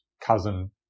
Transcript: cousin